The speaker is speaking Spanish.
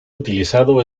utilizado